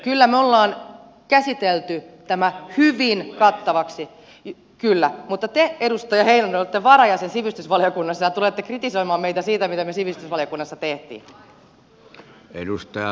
kyllä me olemme käsitelleet tämän hyvin kattavasti kyllä mutta te edustaja heinonen olette varajäsen sivistysvaliokunnassa ja tulette kritisoimaan meitä siitä mitä me sivistysvaliokunnassa teimme